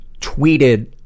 tweeted